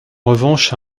revanche